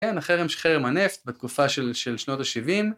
כן, החרם חרם הנפט בתקופה של שנות ה-70.